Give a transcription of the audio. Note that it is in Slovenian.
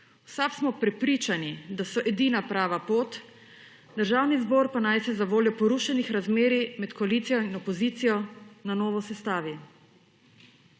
V SAB smo prepričani, da so edina prava pot. Državni zbor pa naj se zavoljo porušenih razmerij med koalicijo in opozicijo na novo sestavi.